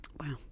Wow